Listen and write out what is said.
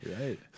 Right